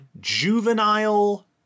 Juvenile